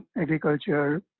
agriculture